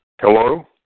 Hello